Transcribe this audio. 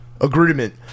agreement